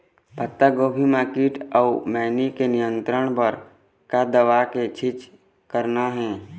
पत्तागोभी म कीट अऊ मैनी के नियंत्रण बर का दवा के छींचे करना ये?